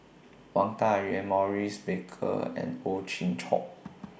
Wang Dayuan Maurice Baker and Ow Chin Hock